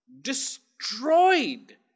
destroyed